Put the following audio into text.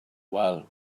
well